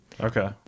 Okay